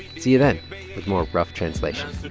see you then with more rough translation